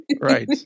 right